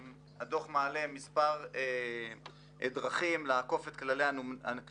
הדוח מעלה מספר דרכים שנקט האוצר על מנת לעקוף את כללי הנומרטור: